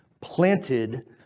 planted